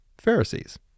Pharisees